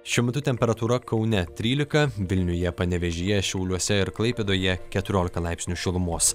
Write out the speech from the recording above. šiuo metu temperatūra kaune trylika vilniuje panevėžyje šiauliuose ir klaipėdoje keturiolika laipsnių šilumos